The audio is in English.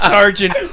Sergeant